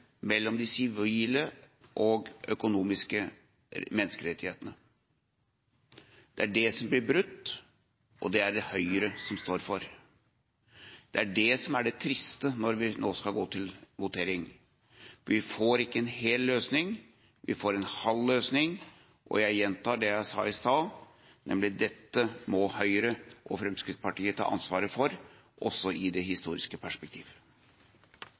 mellom de sivile og økonomiske menneskerettighetene. Det er det som blir brutt, og det er det Høyre som står for. Det er det som er det triste når vi nå skal gå til votering: Vi får ikke en hel løsning, vi får en halv løsning, og jeg gjentar det jeg sa i stad, nemlig at dette må Høyre og Fremskrittspartiet ta ansvaret for også i det historiske perspektiv.